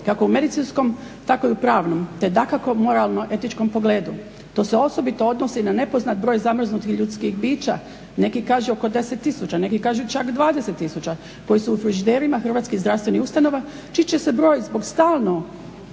kako u medicinskom tako i u pravnom te dakako moralno-etičkom pogledu. To se osobito odnosi na nepoznat broj zamrznutih ljudskih bića. Neki kažu oko 10 tisuća, neki kažu čak 20 tisuća koji su u frižiderima hrvatskih zdravstvenih ustanova čiji će se broj stalno